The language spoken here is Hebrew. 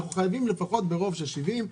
אנחנו חייבים לפחות ברוב של 70,